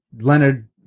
Leonard